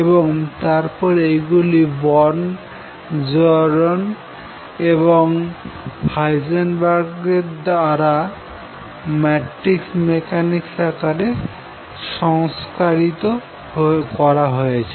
এবং তারপর এইগুলি বর্ন জর্ডান এবং হাইজেনবার্গ দ্বারা ম্যাট্রিক্স মেকানিক্স আকারে সংস্কারিত করা হয়েছে